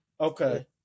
Okay